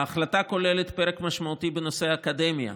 ההחלטה כוללת פרק משמעותי בנושא האקדמיה,